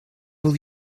will